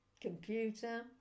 computer